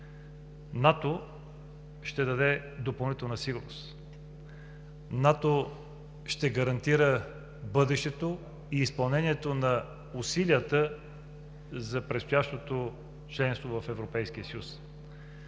НАТО ще даде допълнителна сигурност. НАТО ще гарантира бъдещето и изпълнението на усилията за предстоящото членство в